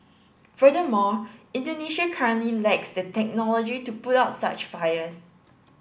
furthermore Indonesia currently lacks the technology to put out such fires